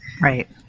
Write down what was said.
Right